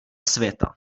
světa